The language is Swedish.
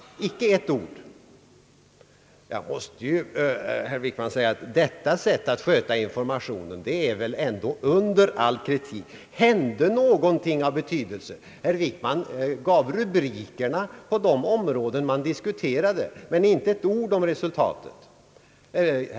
Jag måste ju säga, herr Wickman, att detta sätt att sköta informationen väl ändå är under all kritik. Hände någonting av betydelse? Herr Wickman gav rubrikerna på de områden man diskuterade men nämnde inte ett ord om resultatet.